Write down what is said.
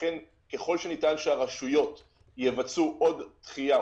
לכן ככל שניתן שהרשויות יבצעו עוד דחייה,